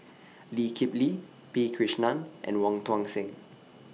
Lee Kip Lee P Krishnan and Wong Tuang Seng